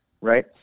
right